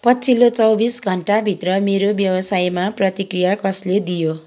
पछिल्लो चौबिस घन्टाभित्र मेरो व्यवसायमा प्रतिक्रिया कसले दियो